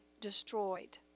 destroyed